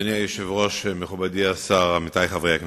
אדוני השר לביטחון פנים, כבר העירו פה חברי,